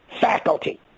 faculty